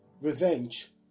revenge